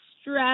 stress